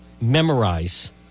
memorize